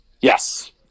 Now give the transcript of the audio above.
Yes